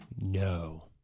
No